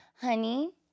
honey